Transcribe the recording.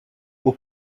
aux